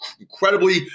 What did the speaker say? incredibly